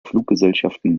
fluggesellschaften